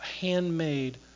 handmade